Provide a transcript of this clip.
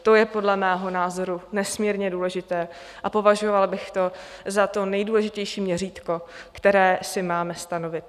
To je podle mého názoru nesmírně důležité a považovala bych to za to nejdůležitější měřítko, které si máme stanovit.